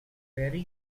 very